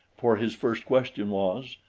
for his first question was,